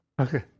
Okay